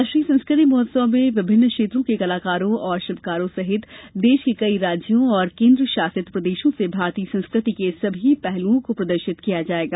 राष्ट्रीय संस्कृति महोत्सव में विभिन्न क्षेत्रों के कलाकारों और शिल्पकारों सहित देश के कई राज्यों और केंद्र शासित प्रदेशों से भारतीय संस्कृति के सभी पहलुओं को प्रदर्शित किया जाएगा